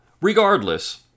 regardless